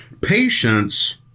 Patience